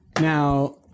Now